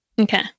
Okay